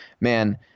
man